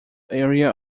area